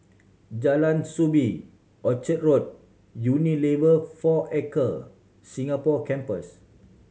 Jalan Soo Bee Orchard Road Unilever Four Acre Singapore Campus